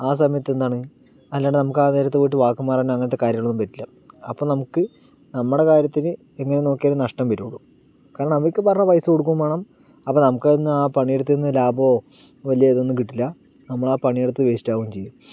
ആ സമയത്ത് എന്താണ് അല്ലാണ്ട് നമുക്ക് നേരത്ത് പോയിട്ട് വാക്ക് മാറാനോ അങ്ങനത്തെ കാര്യങ്ങളൊന്നും പറ്റില്ല അപ്പോൾ നമുക്ക് നമ്മുടെ കാര്യത്തിന് എങ്ങനെ നോക്കിയാലും നഷ്ടം വരികയുള്ളൂ കാരണം അവർക്ക് പറഞ്ഞ പൈസ കൊടുക്കുകയും വേണം അപ്പോൾ നമുക്ക് അതിനു ആ പണി എടുത്തതിന് ലാഭമോ വലിയ ഇതൊന്നും കിട്ടില്ല നമ്മള് ആ പണി എടുത്തത് വേസ്റ്റ് ആകുകയും ചെയ്യും